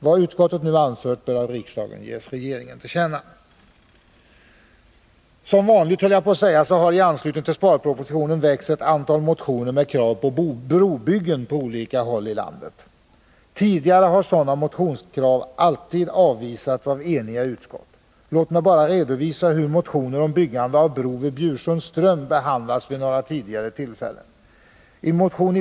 Vad utskottet nu anfört bör av riksdagen ges regeringen till känna.” Som vanligt — nödgas jag säga — har i anslutning till sparpropositionen väckts ett antal motioner med krav på brobyggen på olika håll i landet. Tidigare har sådana motionskrav alltid avvisats av eniga utskott. Låt mig bara redovisa hur motioner om byggande av bro vid Bjursunds ström behandlats vid några tidigare tillfällen.